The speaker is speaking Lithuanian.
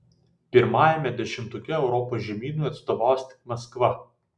pirmajame dešimtuke europos žemynui atstovaus tik maskva